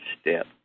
step